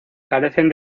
carecen